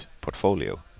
portfolio